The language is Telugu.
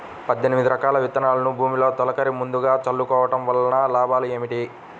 పద్దెనిమిది రకాల విత్తనాలు భూమిలో తొలకరి ముందుగా చల్లుకోవటం వలన లాభాలు ఏమిటి?